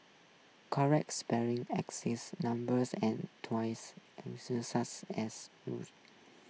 corrected spelling numbers and twice such as rules